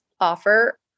offer